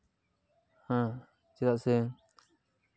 ᱦᱮᱸ ᱪᱮᱫᱟᱜ ᱥᱮ